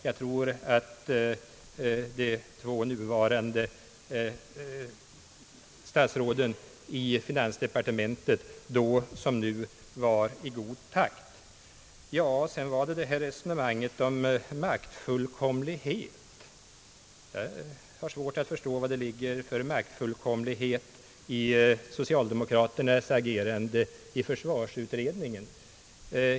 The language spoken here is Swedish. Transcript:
Jag tror att de två nuvarande statsråden i finansdepartementet då som nu var i god takt. Beträffande resonemanget om maktfullkomlighet så har jag svårt att förstå vad det ligger för maktfullkomlighet i socialdemokraternas agerande i försvarsutredningen.